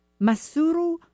Masuru